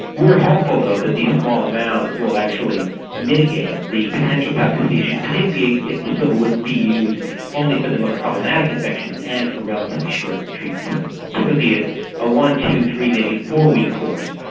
we are hopeful though that these small amounts will actually mitigate the potential toxicity issues, particularly if the silver would be used only for the most problematic infections and for relatively short treatment times, typically a ah one, two, three, maybe four-week course.